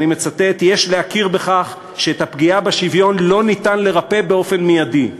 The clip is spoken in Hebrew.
"יש להכיר בכך שאת הפגיעה בשוויון לא ניתן לרפא באופן מיידי.